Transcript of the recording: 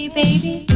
baby